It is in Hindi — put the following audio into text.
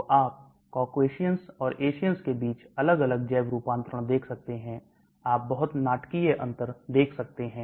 तो आप Caucasians और asians के बीच अलग अलग जैव रूपांतरण देख सकते हैं आप बहुत नाटकीय अंतर देख सकते हैं